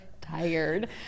tired